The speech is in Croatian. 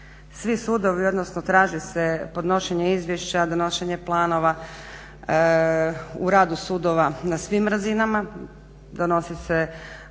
svi sudovi odnosno traži se podnošenje izvješća, donošenje planova u radu sudova na svim razinama.